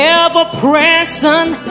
ever-present